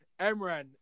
Emran